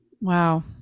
wow